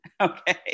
okay